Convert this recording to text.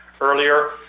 earlier